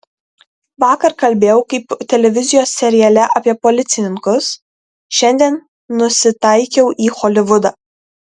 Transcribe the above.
vakar kalbėjau kaip televizijos seriale apie policininkus šiandien nusitaikiau į holivudą